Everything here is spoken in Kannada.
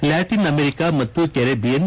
ಲ್ಯಾಟಿನ್ ಅಮೆರಿಕ ಮತ್ತು ಕೆರೆಬಿಯನ್